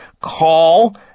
call